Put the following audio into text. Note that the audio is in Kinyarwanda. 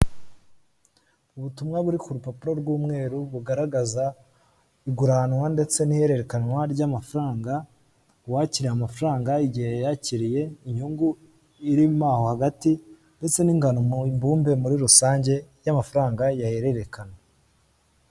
Ubutumwa buri ku rupapuro rw'umweru bugaragaza iguranwa ndetse n'ihererekanwa ry'amafaranga, uwakiriye amafaranga, igihe yayakiriye, inyungu irimo hagati ndetse n'ingano mu imbumbe muri rusange y'amafaranga yahererekana.